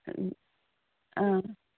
ꯑꯪ